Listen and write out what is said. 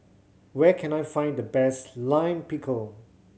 where can I find the best Lime Pickle